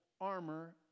armor